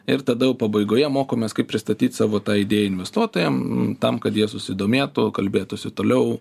ir tadajau pabaigoje mokomės kaip pristatyt savo tą idėją investuotojam tam kad jie susidomėtų kalbėtųsi toliau